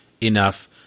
enough